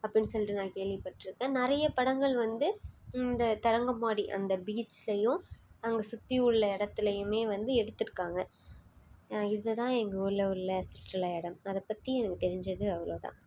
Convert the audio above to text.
அப்படின்னு சொல்லிட்டு நான் கேள்விப்பட்டிருக்கேன் நிறைய படங்கள் வந்து அந்த தரங்கம்பாடி அந்த பீச்லேயும் அங்கே சுற்றி உள்ள இடத்துலையுமே வந்து எடுத்திருக்காங்க இதுதான் எங்கள் ஊரில் உள்ள சுற்றுலா இடம் அதை பற்றி எனக்கு தெரிஞ்சது அவ்வளோதான்